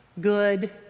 good